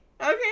Okay